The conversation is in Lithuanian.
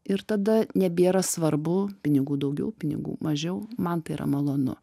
ir tada nebėra svarbu pinigų daugiau pinigų mažiau man tai yra malonu